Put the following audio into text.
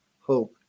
hope